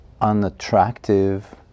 unattractive